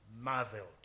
marveled